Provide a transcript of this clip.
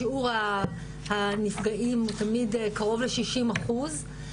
שיעור הנפגעים הוא תמיד קרוב ל-60 אחוז,